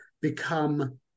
become